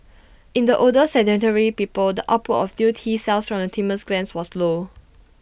in the older sedentary people the output of new T cells from the thymus glands was low